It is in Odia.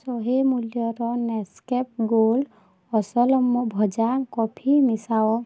ଶହେ ମୂଲ୍ୟର ନେସ୍କେଫ୍ ଗୋଲ୍ଡ୍ ଅସଲ ମ ଭଜା କଫି ମିଶାଅ